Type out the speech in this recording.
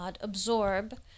absorb